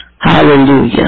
Hallelujah